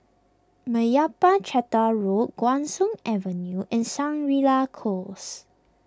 Meyappa Chettiar Road Guan Soon Avenue and Shangri La Close